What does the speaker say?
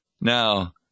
Now